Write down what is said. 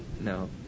no